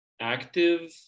active